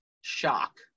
shock